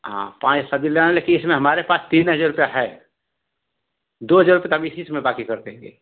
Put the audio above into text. हाँ पाँच के सब्जी ले आना लेकिन इस समय हमारे पास तीन हजार रुपया है दो हजार रुपये तो आपके इसी समय बाकी कर देंगे